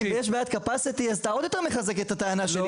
אם יש בעיית capacity אז אתה מחזק את הטענה שלי.